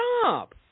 Stop